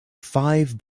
five